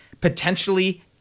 potentially